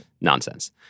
Nonsense